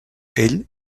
ell